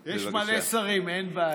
לא.